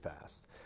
fast